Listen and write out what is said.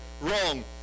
wrong